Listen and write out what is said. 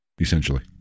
essentially